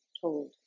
told